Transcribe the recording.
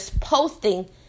posting